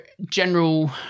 general